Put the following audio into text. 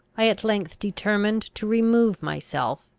i at length determined to remove myself,